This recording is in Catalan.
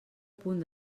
punt